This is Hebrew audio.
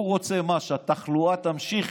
מה הוא רוצה, שהתחלואה תמשיך,